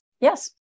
Yes